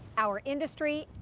our industry,